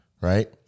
right